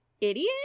idiot